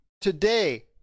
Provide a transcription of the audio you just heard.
today